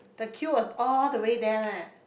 the queue was all the way there leh